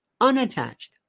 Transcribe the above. unattached